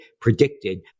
predicted